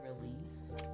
release